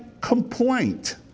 complaint